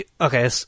okay